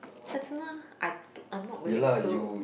personal I too~ I'm not willing too